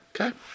Okay